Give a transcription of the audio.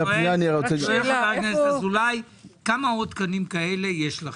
שואל חבר הכנסת אזולאי כמה עוד תקנים כאלה יש לכם.